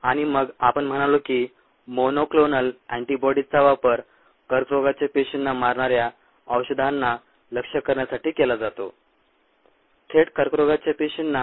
आणि मग आपण म्हणालो की मोनोक्लोनल अँटीबॉडीजचा वापर कर्करोगाच्या पेशींना मारणाऱ्या औषधांना लक्ष्य करण्यासाठी केला जातो थेट कर्करोगाच्या पेशींना